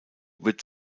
wird